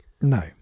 No